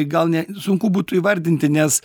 gal ne sunku būtų įvardinti nes